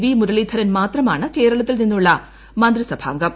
V Muraleedharan മാത്രമാണ് കേരളത്തിൽ നിന്നുള്ള മന്ത്രിസഭാ അംഗം